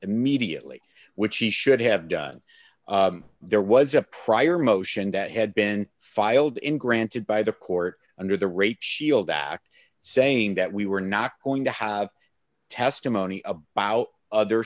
immediately which he should have done there was a prior motion that had been filed in granted by the court under the rape shield act saying that we were not going to have testimony about other